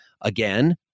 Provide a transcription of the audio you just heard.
Again